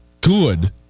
good